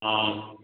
অঁ